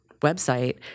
website